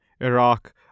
Iraq